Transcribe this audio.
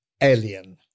alien